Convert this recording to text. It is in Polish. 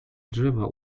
drzewa